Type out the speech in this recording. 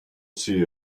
see